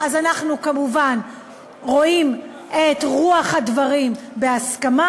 אז אנחנו כמובן רואים את רוח הדברים בהסכמה,